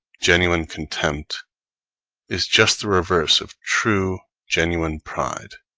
genuine contempt is just the reverse of true, genuine pride